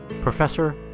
Professor